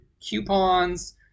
coupons